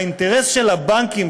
האינטרס של הבנקים,